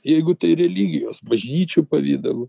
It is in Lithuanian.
jeigu tai religijos bažnyčių pavidalu